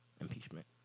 impeachment